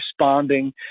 responding